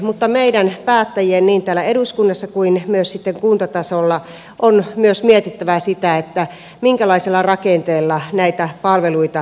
mutta meidän päättäjien niin täällä eduskunnassa kuin myös sitten kuntatasolla on myös mietittävä sitä minkälaisella rakenteella näitä palveluita tarvitaan